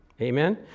Amen